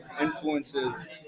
influences